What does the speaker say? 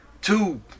two